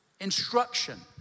instruction